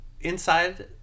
inside